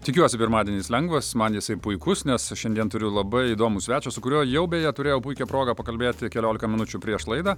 tikiuosi pirmadienis lengvas man jisai puikus nes šiandien turiu labai įdomų svečią su kuriuo jau beje turėjau puikią progą pakalbėti keliolika minučių prieš laidą